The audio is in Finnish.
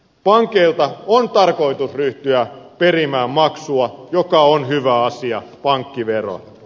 pankeilta on tarkoitus ryhtyä perimään maksua mikä on hyvä asia pankkivero